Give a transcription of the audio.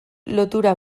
lotura